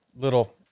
little